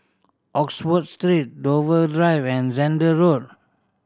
Oxford Street Dover Drive and Zehnder Road